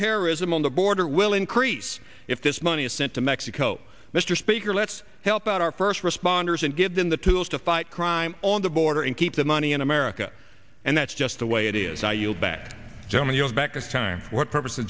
terrorism on the border will increase if this money is sent to mexico mr speaker let's help out our first responders and give them the tools to fight crime on the border and keep the money in america and that's just the way it is i yield back gentlemen your back is time what purpose the